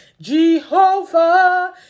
Jehovah